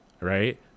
right